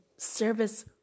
service